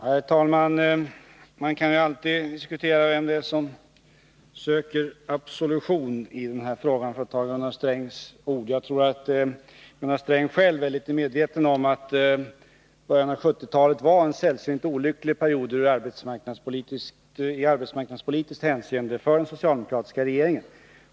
Herr talman! Man kan alltid diskutera vem det är som söker absolution i den här frågan, för att använda Gunnar Strängs ord. Jag tror att Gunnar Sträng själv är medveten om att början av 1970-talet var en sällsynt olycklig period i arbetsmarknadspolitiskt hänseende för den socialdemokratiska regeringen.